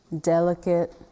delicate